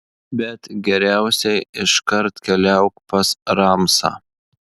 bet geriausiai iškart keliauk pas ramsą